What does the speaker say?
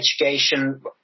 education